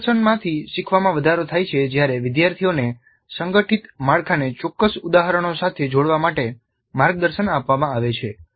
પ્રદર્શનમાંથી શીખવામાં વધારો થાય છે જ્યારે વિદ્યાર્થીઓને સંગઠિત માળખાને ચોક્કસ ઉદાહરણો સાથે જોડવા માટે માર્ગદર્શન આપવામાં આવે છે